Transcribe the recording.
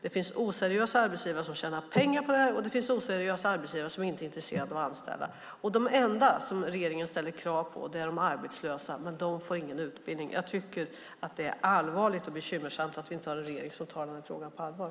Det finns oseriösa arbetsgivare som tjänar pengar på detta, och det finns oseriösa arbetsgivare som inte är intresserade av att anställa. De enda som regeringen ställer krav på är de arbetslösa, men de får ingen utbildning. Det är allvarligt och bekymmersamt att vi inte har en regering som tar den här frågan på allvar.